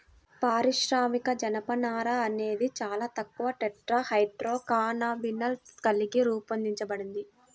పారిశ్రామిక జనపనార అనేది చాలా తక్కువ టెట్రాహైడ్రోకాన్నబినాల్ కలిగి రూపొందించబడింది